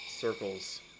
circles